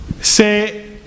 Say